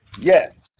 Yes